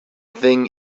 thing